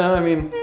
i mean,